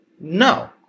no